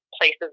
places